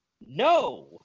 No